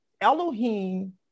Elohim